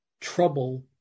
trouble